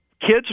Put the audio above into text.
kids